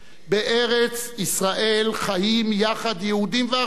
בארץ-ישראל חיים יחד יהודים וערבים.